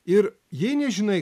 ir jei nežinai